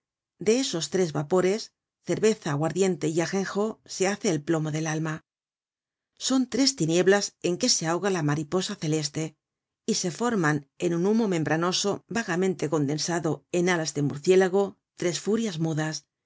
de esos tres vapores cerveza aguardiente y ajenjo se hace el plomo del alma son tres tinieblas en que se ahoga la mariposa celeste y se forman en un humo membranoso vagamente condensado en alas de murciélago tres furias mudas